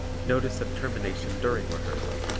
notice of termination during rehearsal